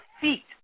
feet